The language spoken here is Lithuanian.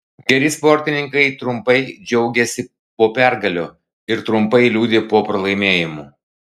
geri sportininkai trumpai džiaugiasi po pergalių ir trumpai liūdi po pralaimėjimų